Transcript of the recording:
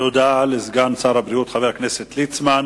תודה לסגן שר הבריאות, חבר הכנסת ליצמן.